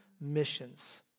missions